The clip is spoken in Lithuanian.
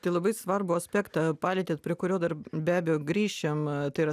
tai labai svarbų aspektą palietėt prie kurio dar be abejo grįšim tai yra